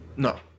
no